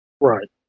Right